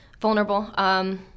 vulnerable